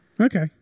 Okay